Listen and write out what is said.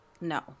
no